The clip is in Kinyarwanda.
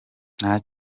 nta